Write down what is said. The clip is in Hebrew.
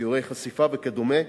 סיורי חשיפה וכדומה,